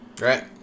Right